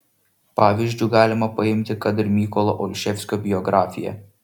pavyzdžiu galima paimti kad ir mykolo olševskio biografiją